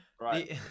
Right